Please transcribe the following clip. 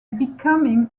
becoming